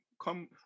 come